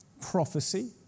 prophecy